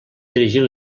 dirigir